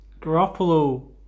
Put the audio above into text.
Garoppolo